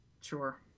Sure